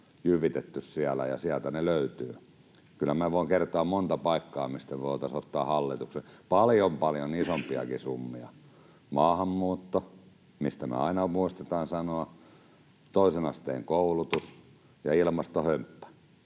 jyvitetty, ja sieltä ne löytyvät. Kyllä minä voin kertoa monta paikkaa, mistä me voitaisiin ottaa hallitukselle paljon, paljon isompiakin summia: maahanmuutto — mistä me aina muistetaan sanoa — toisen asteen koulutus [Puhemies